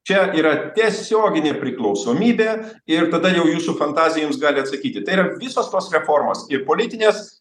čia yra tiesioginė priklausomybė ir tada jau jūsų fantazijoms gali atsakyti tai yra visos tos reformos ir politinės